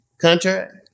contract